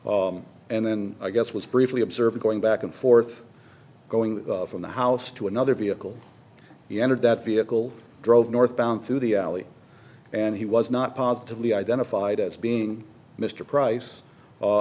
folder and then i guess was briefly observed going back and forth going from the house to another vehicle he entered that vehicle drove northbound through the alley and he was not positively identified as being mr price u